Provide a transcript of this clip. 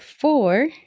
four